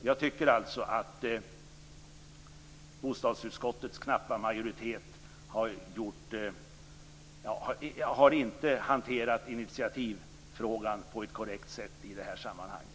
Jag tycker alltså att bostadsutskottets knappa majoritet inte har hanterat initiativfrågan på ett korrekt sätt i det här sammanhanget.